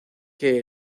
que